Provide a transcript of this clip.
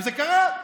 וזה קרה.